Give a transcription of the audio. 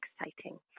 exciting